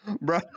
bro